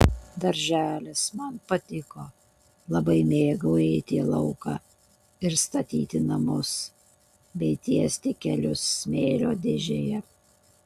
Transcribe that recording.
darželis man patiko labai mėgau eiti į lauką ir statyti namus bei tiesti kelius smėlio dėžėje